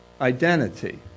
Identity